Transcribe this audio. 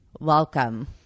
welcome